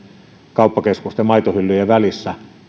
kauppakeskusten maitohyllyjen välissä